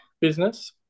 business